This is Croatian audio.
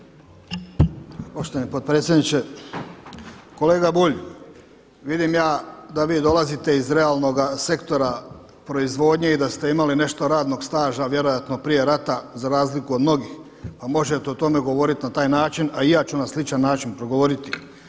Poštovani potpredsjedniče, kolega Bulj vidim ja da vi dolazite iz realnoga sektora proizvodnje i da ste imali nešto radnog staža vjerojatno prije rata za razliku od mnogih, pa možete o tome govoriti na taj način, a i ja ću na sličan način progovoriti.